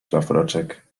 szlafroczek